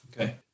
Okay